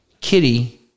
Kitty